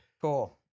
Cool